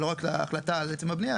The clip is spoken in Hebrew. לא רק להחלטה על עצם הבנייה,